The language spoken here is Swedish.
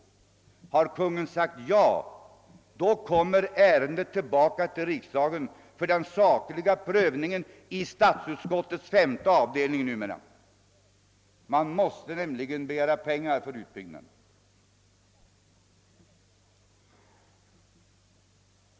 Har Kungl. Maj:t sagt ja, har ärendet förelagts riksdagen för saklig prövning i statsutskottet, numera i dess femte avdelning. Kungl. Maj:t måste nämligen begära pengar för utbyggnaden.